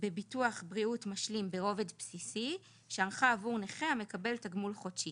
בביטוח בריאות משלים ברובד בסיסי שערכה עבור נכה המקבל תגמול חודשי.